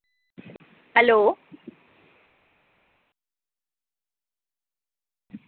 hello